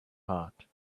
heart